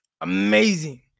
Amazing